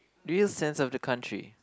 real sense of the country